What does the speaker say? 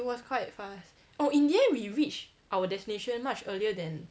it was quite fast oh in the end we reached our destination much earlier than